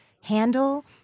handle